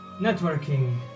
networking